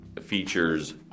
features